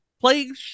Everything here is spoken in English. playing